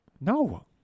No